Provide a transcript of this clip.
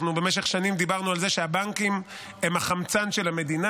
אנחנו במשך שנים דיברנו על זה שהבנקים הם החמצן של המדינה.